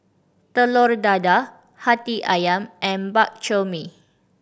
Telur Dadah Hati Ayam and Bak Chor Mee